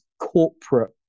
corporate